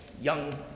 young